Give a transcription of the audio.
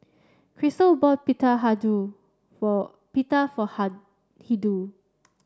Crysta bought Pita for Pita for Hildur